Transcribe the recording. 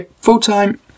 full-time